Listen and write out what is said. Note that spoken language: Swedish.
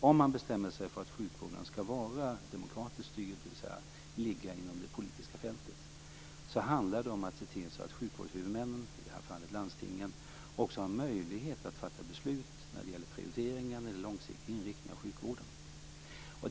Om man bestämmer sig för att sjukvården skall vara demokratiskt styrd, dvs. ligga inom det politiska fältet, handlar det om att se till att sjukvårdshuvudmännen, i det här fallet landstingen, också har möjlighet att fatta beslut när det gäller prioriteringen i den långsiktiga inriktningen av sjukvården.